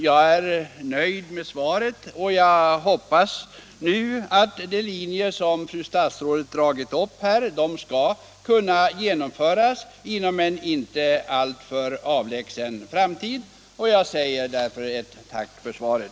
Jag är nöjd med svaret, och jag hoppas nu att åtgärder efter de linjer som fru statsrådet här dragit upp skall kunna genomföras inom en inte alltför avlägsen framtid. Därför tackar jag ännu en gång för svaret.